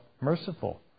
merciful